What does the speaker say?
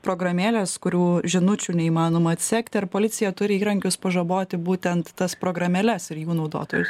programėlės kurių žinučių neįmanoma atsekti ar policija turi įrankius pažaboti būtent tas programėles ir jų naudotojus